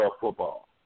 football